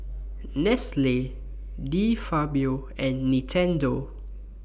Nestle De Fabio and Nintendo